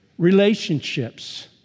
Relationships